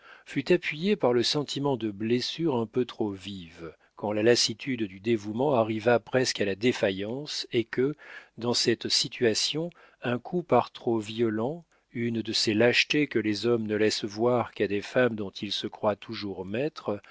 fut appuyé par le sentiment de blessures un peu trop vives quand la lassitude du dévouement arriva presque à la défaillance et que dans cette situation un coup par trop violent une de ces lâchetés que les hommes ne laissent voir qu'à des femmes dont ils se croient toujours maîtres